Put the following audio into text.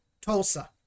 Tulsa